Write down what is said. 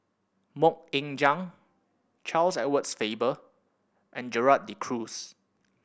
Mok Ying Jang Charles Edward Faber and Gerald De Cruz